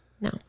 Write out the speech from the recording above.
No